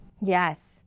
Yes